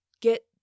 get